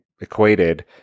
equated